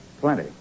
Plenty